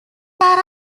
there